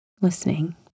Listening